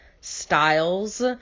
styles